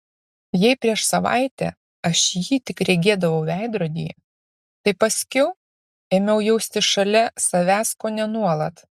jei prieš savaitę aš jį tik regėdavau veidrodyje tai paskiau ėmiau jausti šalia savęs kone nuolat